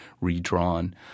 redrawn